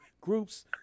groups